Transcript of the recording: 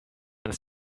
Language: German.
ins